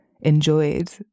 enjoyed